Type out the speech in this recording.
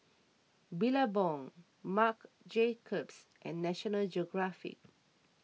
Billabong Marc Jacobs and National Geographic